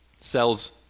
sells